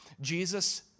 Jesus